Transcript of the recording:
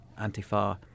Antifa